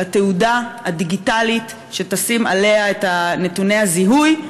על התעודה הדיגיטלית שתשים עליה את נתוני הזיהוי,